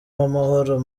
uwamahoro